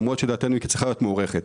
למרות שלדעתנו היא צריכה להיות מוארכת.